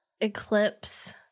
Eclipse